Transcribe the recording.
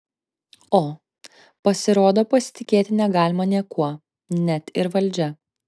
o pasirodo pasitikėti negalima niekuo net ir valdžia